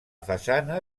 façana